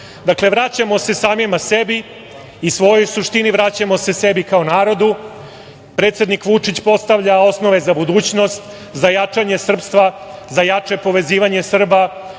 vraćamo se samima sebi i svojoj suštini, vraćamo se sebi kao narodu. Predsednik Vučić postavlja osnove za budućnost, za jačanje srpstva, za jače povezivanje Srba.